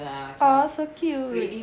!aww! so cute